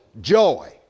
joy